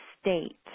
state